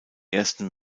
ersten